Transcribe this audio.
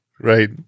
Right